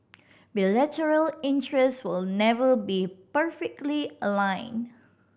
bilateral interest will never be perfectly aligned